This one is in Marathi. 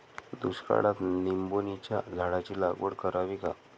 दुष्काळात निंबोणीच्या झाडाची लागवड करावी का?